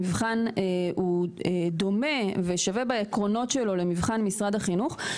המבחן הוא דומה ושווה בעקרונות שלו למבחן משרד החינוך.